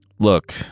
Look